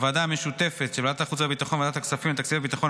בוועדה המשותפת של ועדת החוץ והביטחון וועדת הכספים לתקציב הביטחון,